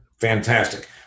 Fantastic